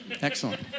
Excellent